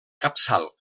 capçal